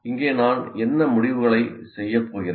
இங்கே நான் என்ன முடிவுகளை செய்யப் போகிறேன்